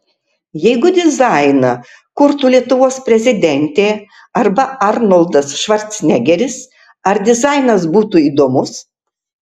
jeigu dizainą kurtų lietuvos prezidentė arba arnoldas švarcnegeris ar dizainas būtų įdomus